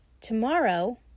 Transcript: Tomorrow